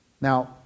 Now